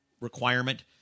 requirement